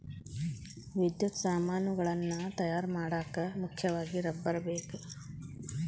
ವಿದ್ಯುತ್ ಸಾಮಾನುಗಳನ್ನ ತಯಾರ ಮಾಡಾಕ ಮುಖ್ಯವಾಗಿ ರಬ್ಬರ ಬೇಕ